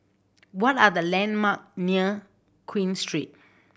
what are the landmark near Queen Street